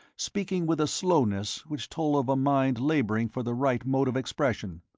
speaking with a slowness which told of a mind labouring for the right mode of expression.